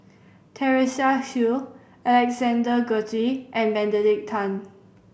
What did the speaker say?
Teresa Hsu Alexander Guthrie and Benedict Tan